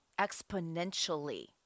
exponentially